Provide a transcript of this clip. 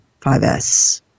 5S